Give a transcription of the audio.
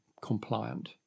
compliant